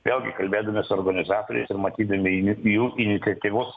vėlgi kalbėdami su organizatoriais ir matydami į jų iniciatyvus